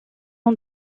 ont